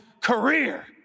career